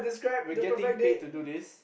we're getting paid to do this